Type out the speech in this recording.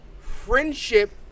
friendship